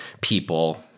people